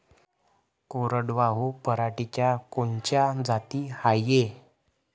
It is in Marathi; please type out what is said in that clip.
कोरडवाहू पराटीच्या कोनच्या जाती हाये?